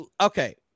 okay